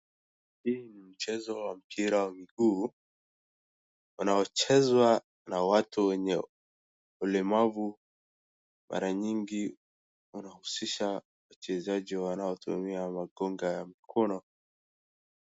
Hii mchezo wa mpira ya mguu unaochezwa na watu wenye ulemavu mara nyingi unahusisha wachezaji wanaotumia magunga ya mkono.